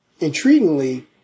Intriguingly